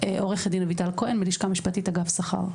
עו"ד בלשכה המשפטית, אגף שכר.